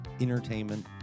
entertainment